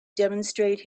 demonstrate